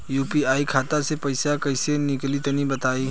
UPI खाता से पइसा कइसे निकली तनि बताई?